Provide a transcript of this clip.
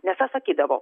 nes aš sakydavau